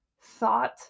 thought